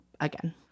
again